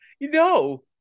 No